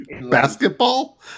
Basketball